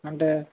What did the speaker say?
అంటే